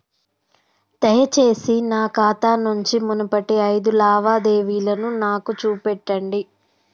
దయచేసి నా ఖాతా నుంచి మునుపటి ఐదు లావాదేవీలను నాకు చూపెట్టండి